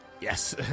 Yes